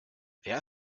wer